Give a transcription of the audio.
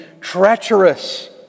treacherous